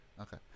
Okay